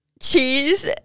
cheese